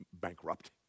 bankrupt